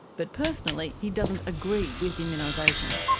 but personally he doesn't agree with immunisation.